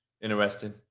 interesting